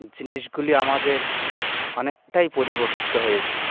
জিনিসগুলি আমাদের অনেকটাই পরিবর্তিত হয়েছে